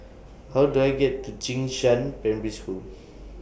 How Do I get to Jing Shan Primary School